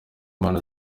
impano